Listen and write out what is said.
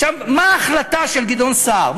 עכשיו, מה ההחלטה של גדעון סער?